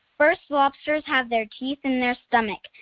first, lobsters have their teeth in their stomach.